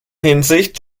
hinsicht